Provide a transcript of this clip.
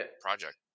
Project